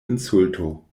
insulto